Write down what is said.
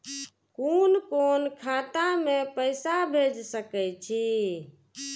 कुन कोण खाता में पैसा भेज सके छी?